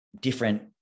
different